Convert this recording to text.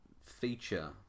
feature